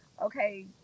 Okay